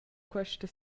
questa